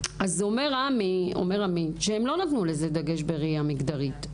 אז אומר עמי שהם לא נתנו לזה דגש בראייה מגדרית.